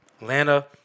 Atlanta